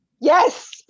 Yes